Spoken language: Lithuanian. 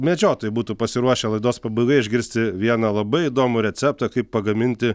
medžiotojai būtų pasiruošę laidos pabaigoje išgirsti vieną labai įdomų receptą kaip pagaminti